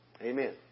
Amen